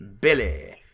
Billy